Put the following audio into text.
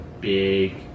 big